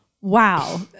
wow